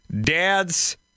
dad's